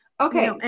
Okay